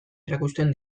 erakusten